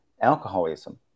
alcoholism